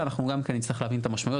אנחנו גם כן נצטרך להבין את המשמעויות,